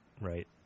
right